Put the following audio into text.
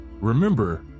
Remember